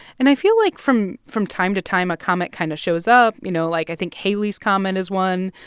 and i feel like from from time to time, a comet kind of shows up. you know, like i think halley's comet is one.